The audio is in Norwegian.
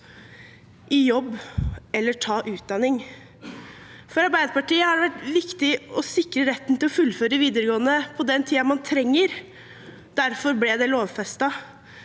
i jobb eller ta utdanning. For Arbeiderpartiet har det vært viktig å sikre retten til å fullføre videregående på den tiden man trenger. Derfor ble det lovfestet.